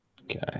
Okay